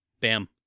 Bam